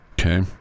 Okay